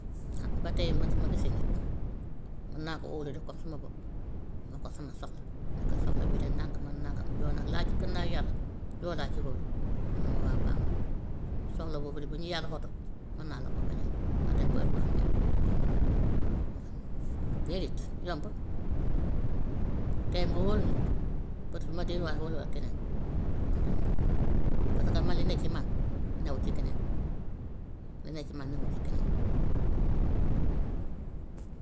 ah ba tey man su ma gisee nit, mun naa koo óolu def comme suma bopp, ne ko sama soxla, ne ko soxla bii de nangam ak nangam, yow nag laa ci gannaaw yàlla yow laa ci xóolu, mu ne ma waa baax na, soxla boobu de bu ñu yàlla xotut mën naa la koo fajal nga dem ba heure boo amee jox ma loolu am na. Déedéet yombut tey nga wóolu nit ba tax ma delluwaat wóoluwaat keneen loolu yombut, parce que man li ne ci man, newul ci keneen, lu ne ci man newul ci keneen waa.